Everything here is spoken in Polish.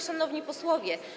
Szanowni Posłowie!